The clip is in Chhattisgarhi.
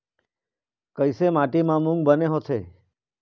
कइसे माटी म मूंग बने होथे?